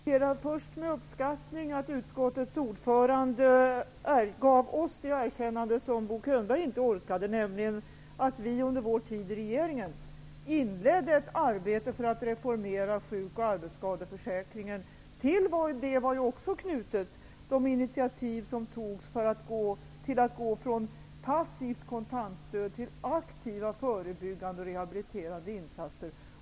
Herr talman! Jag noterar först med uppskattning att utskottets ordförande gav oss det erkännande som Bo Könberg inte orkade ge, nämligen att vi under vår tid i regeringen inledde ett arbete för att reformera sjuk och arbetsskadeförsäkringen. Till detta arbete var också knutet de initiativ som togs till att gå från passivt kontantstöd till aktiva, förebyggande och rehabiliterande insatser.